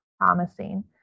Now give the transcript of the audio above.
promising